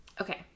okay